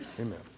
Amen